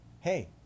hey